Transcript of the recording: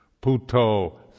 Puto